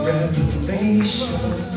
Revelation